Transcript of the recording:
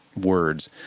words.